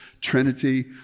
Trinity